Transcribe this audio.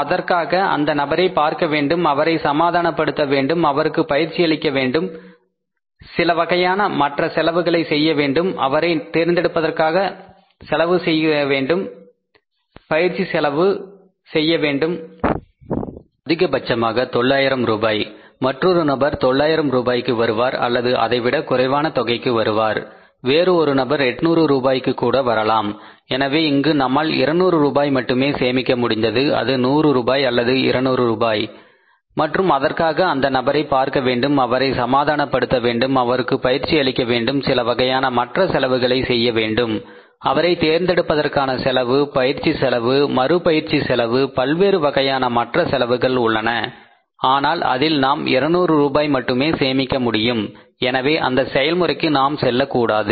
அதிகபட்சமாக 900 ரூபாய் மற்றொரு நபர் 900 ரூபாய்க்கு வருவார் அல்லது அதைவிட குறைவான தொகைக்கு வருவார் வேறு ஒரு நபர் 800 ரூபாய்க்கு கூட வரலாம் எனவே இங்கு நம்மால் 200 ரூபாய் மட்டுமே சேமிக்க முடிந்தது அது 100 ரூபாய் அல்லது 200 ரூபாய் மற்றும் அதற்காக அந்த நபரை பார்க்க வேண்டும் அவரை சமாதானப்படுத்த வேண்டும் அவருக்கு பயிற்சி அளிக்க வேண்டும் சில வகையான மற்ற செலவுகளை செய்ய வேண்டும் அவரை தேர்ந்தெடுப்பதற்கான செலவு பயிற்சி செலவு மறு பயிற்சி செலவு பல்வேறு வகையான மற்ற செலவுகள் உள்ளன ஆனால் அதில் நாம் 200 ரூபாய் மட்டுமே சேமிக்க முடியும் எனவே அந்த செயல்முறைக்கு நாம் செல்லக்கூடாது